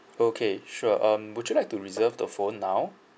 okay sure um would you like to reserve the phone now